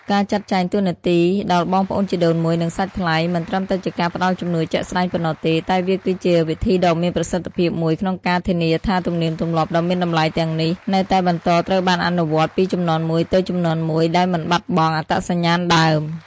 ការចាត់ចែងតួនាទីដល់បងប្អូនជីដូនមួយ និងសាច់ថ្លៃ មិនត្រឹមតែជាការផ្តល់ជំនួយជាក់ស្តែងប៉ុណ្ណោះទេ តែវាគឺជា វិធីដ៏មានប្រសិទ្ធភាពមួយក្នុងការធានាថាទំនៀមទម្លាប់ដ៏មានតម្លៃទាំងនេះនៅតែបន្តត្រូវបានអនុវត្តពីជំនាន់មួយទៅជំនាន់មួយ ដោយមិនបាត់បង់អត្តសញ្ញាណដើម។